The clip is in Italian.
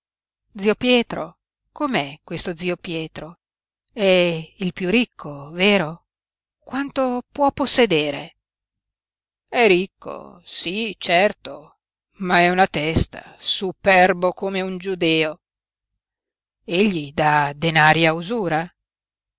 zio pietro com'è questo zio pietro è il piú ricco vero quanto può possedere è ricco sí certo ma è una testa superbo come un giudeo egli dà denari a usura